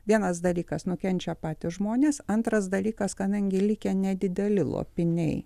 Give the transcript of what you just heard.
vienas dalykas nukenčia patys žmonės antras dalykas kadangi likę nedideli lopiniai